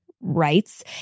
rights